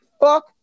fuck